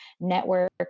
network